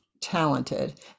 talented